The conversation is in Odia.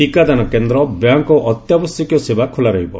ଟିକାଦାନ କେନ୍ଦ୍ର ବ୍ୟାଙ୍କ ଓ ଅତ୍ୟାବଶ୍ୟକୀୟ ସେବା ଖୋଲା ରହିବ